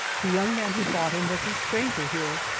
the young man who bought him was a stranger here,